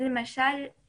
למשל,